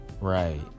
Right